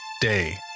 day